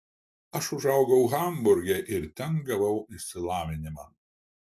aš užaugau hamburge ir ten gavau išsilavinimą